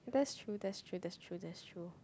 that's true that's true that's true that's true